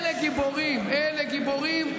אלה גיבורים, אלה גיבורים,